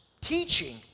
teaching